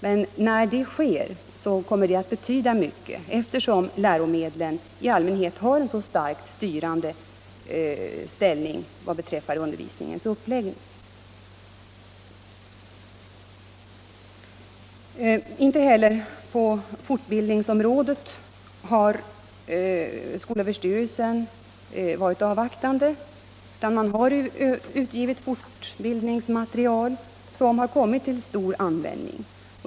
Men när det sker kommer det att betyda mycket, eftersom läromedlen i allmänhet har en så starkt styrande effekt vad beträffar undervisningens uppläggning. Inte heller på fortbildningsområdet har skolöverstyrelsen varit avvaktande, utan man har utgivit fortbildningsmaterial som kommit till stor användning.